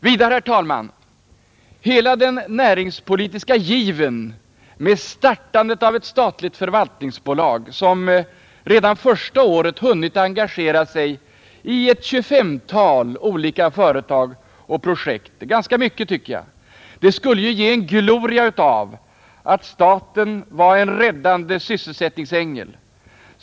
Vidare, herr talman, skulle ju hela den näringspolitiska given med startandet av ett statligt förvaltningsbolag, som redan första året hunnit engagera sig i ett tjugofemtal olika företag och projekt — det är ganska mycket, tycker jag — ge en gloria av att staten var en räddande sysselsättningsängel.